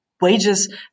wages